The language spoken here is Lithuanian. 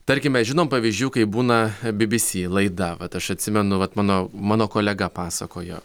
tarkim mes žinom pavyzdžių kai būna bybysy laida vat aš atsimenu vat mano mano kolega pasakojo